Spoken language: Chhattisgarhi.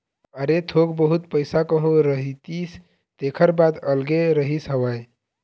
अरे थोक बहुत पइसा कहूँ रहितिस तेखर बात अलगे रहिस हवय